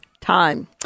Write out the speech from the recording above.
time